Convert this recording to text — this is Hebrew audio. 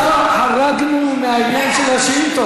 אנחנו גם ככה חרגנו מהעניין של השאילתות,